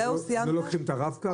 הם לא לוקחים את הרב-קו?